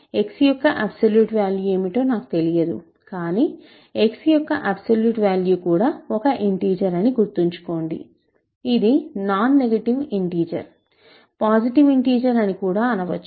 x యొక్క absolute value ఏమిటో నాకు తెలియదు కాని x యొక్క అబ్సోల్యూట్ వాల్యు కూడా ఒక ఇంటిజర్ అని గుర్తుంచుకోండి ఇది నాన్ నెగటివ్ ఇంటిజర్ పాసిటివ్ ఇంటిజర్అని కూడా అనవచ్చు